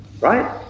Right